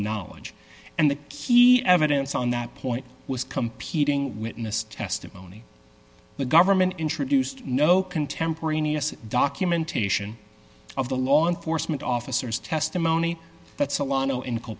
knowledge and the key evidence on that point was competing witness testimony the government introduced no contemporaneous documentation of the law enforcement officers testimony that's a lotto inc